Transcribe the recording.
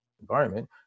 environment